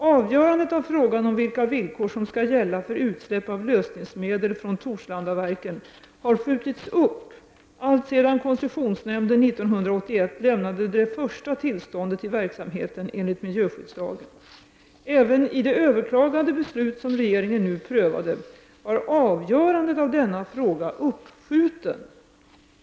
Avgörandet av frågan om vilka villkor som skall gälla för utsläpp av lösningsmedel från Torslandaverken har skjutits upp alltsedan koncessionsnämnden år 1981 lämnade det första tillståndet till verksamheten enligt miljöskyddslagen. Även i det överklagade beslut som regeringen nu prövade var avgörandet av denna fråga uppskjuten.